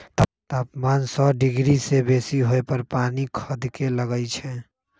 तापमान सौ डिग्री से बेशी होय पर पानी खदके लगइ छै